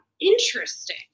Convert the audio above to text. Interesting